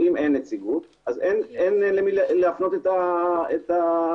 אם אין נציגות, אין למי להפנות את הפנייה.